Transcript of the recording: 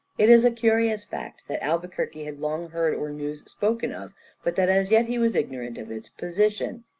it is a curious fact that albuquerque had long heard ormuz spoken of, but that as yet he was ignorant of its position.